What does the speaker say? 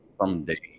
someday